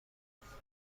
پرزیدنت